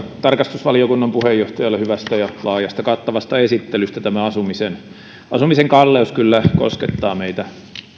tarkastusvaliokunnan puheenjohtajalle hyvästä ja laajasta kattavasta esittelystä tämä asumisen kalleus kyllä koskettaa meitä